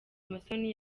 musoni